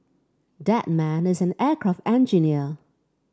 that man is an aircraft engineer